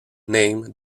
name